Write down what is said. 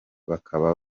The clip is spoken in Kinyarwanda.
bakaba